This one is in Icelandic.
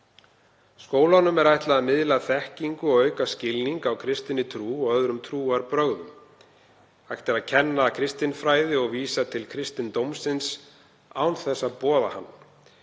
Skólanum er ætlað að miðla þekkingu og auka skilning á kristinni trú og öðrum trúarbrögðum. Hægt er að kenna kristinfræði og vísa til kristindómsins án þess að boða hann.